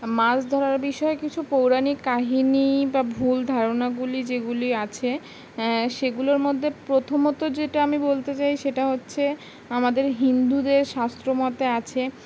মাছ ধরার বিষয়ে কিছু পৌরাণিক কাহিনি বা ভুল ধারণাগুলি যেগুলি আছে সেগুলোর মধ্যে প্রথমত যেটা আমি বলতে চাই সেটা হচ্ছে আমাদের হিন্দুদের শাস্ত্রমতে আছে